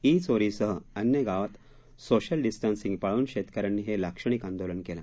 ईचोरीसह अन्य गावात social distancing पाळून शेतकऱ्यांनी हे लाक्षणिक आंदोलन केल